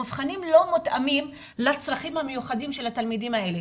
המבחנים לא מותאמים לצרכים המיוחדים של התלמידים האלה.